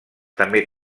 també